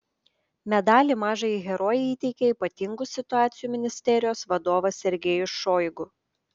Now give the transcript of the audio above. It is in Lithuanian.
medalį mažajai herojei įteikė ypatingų situacijų ministerijos vadovas sergejus šoigu